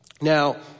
Now